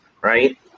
right